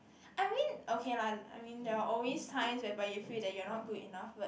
I mean okay lah I mean there are always times whereby you feel that you are not good enough but